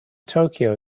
tokyo